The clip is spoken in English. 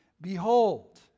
Behold